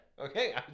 Okay